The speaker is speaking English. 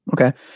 Okay